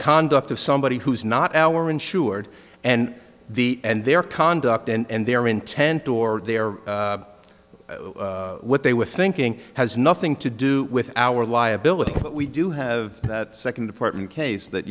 conduct of somebody who is not our insured and the and their conduct and their intent or their what they were thinking has nothing to do with our liability but we do have that second department case that